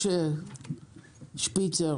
משה שפיצר